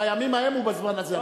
בימים ההם ובזמן הזה.